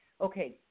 Okay